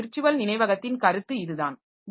எனவே விர்ச்சுவல் நினைவகத்தின் கருத்து இதுதான்